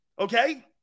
Okay